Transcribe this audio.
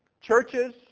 Churches